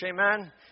Amen